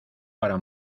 para